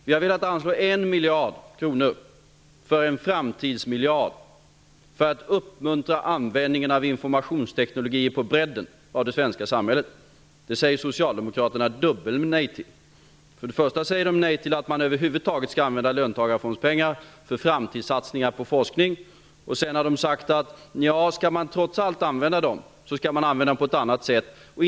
Vi har velat anslå 1 miljard kronor för en framtidssatsning, för att uppmuntra användningen av informationsteknologi på bredden i det svenska samhället. Det säger socialdemokraterna dubbel-nej till. För det första säger de nej till att man över huvud taget skall använda löntagarfondspengar för framtidssatsningar på forskning, och för det andra säger de att man skall använda dem på ett annat sätt om man trots allt skall använda dem.